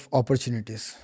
opportunities